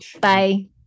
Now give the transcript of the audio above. Bye